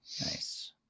Nice